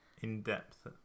in-depth